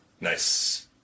Nice